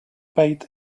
paid